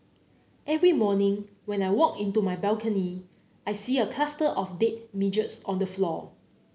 every morning when I walk into my balcony I see a cluster of dead midges on the floor